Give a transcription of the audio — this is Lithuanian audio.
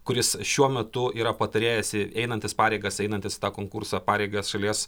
kuris šiuo metu yra patarėjas einantis pareigas einantis tą konkursą pareigas šalies